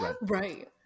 Right